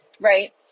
Right